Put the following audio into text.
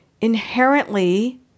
inherently